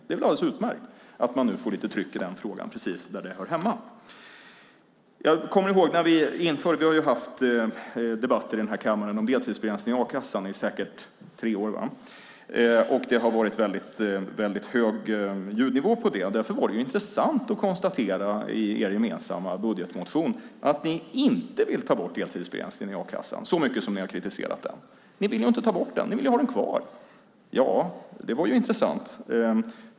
Det är alldeles utmärkt att man nu får lite tryck i den frågan, precis där det hör hemma. Vi har i säkert tre år haft debatter i kammaren om deltidsbegränsning i a-kassan. Det har varit hög ljudnivå på dessa debatter. Därför var det intressant att konstatera att oppositionen i sin gemensamma budgetmotion inte vill ta bort deltidsbegränsningen i a-kassan, detta sagt med tanke på hur mycket den kritiserats. Ni vill inte ta bort den, Ann-Christin Ahlberg. Ni vill ha den kvar. Ja, det är intressant.